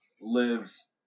lives